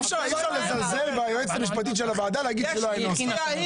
אי אפשר לזלזל ביועצת המשפטית של הוועדה ולהגיד שלא היה נוסח.